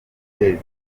guteza